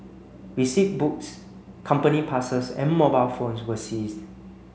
receipt books company passes and mobile phones were seized